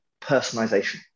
personalization